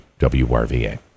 WRVA